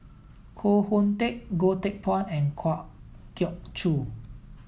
Koh Hoon Teck Goh Teck Phuan and Kwa Geok Choo